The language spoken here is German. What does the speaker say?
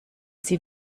sie